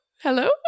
hello